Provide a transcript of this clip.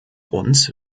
uns